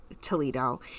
Toledo